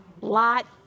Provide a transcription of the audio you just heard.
Lot